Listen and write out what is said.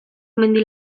mendi